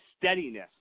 steadiness